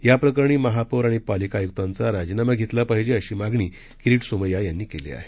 या प्रकरणी महापौर आणि पालिका आयुक्तांचा राजीनामा घेतला पाहीजे अशी मागणी किरिट सोमय्या यांनी केली आहे